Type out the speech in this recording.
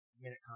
minute